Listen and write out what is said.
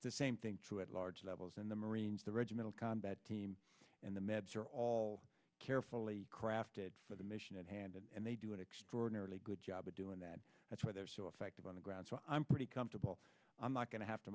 the same thing to at large levels in the marines the regimental combat team and the maps are all carefully crafted for the mission at hand and they do extraordinarily good job of doing that that's why they're so effective on the ground so i'm pretty comfortable i'm not going to have to